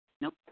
Nope